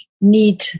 need